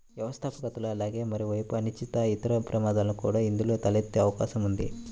వ్యవస్థాపకతలో అలాగే మరోవైపు అనిశ్చితి, ఇతర ప్రమాదాలు కూడా ఇందులో తలెత్తే అవకాశం ఉంది